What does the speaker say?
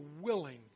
willing